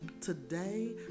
today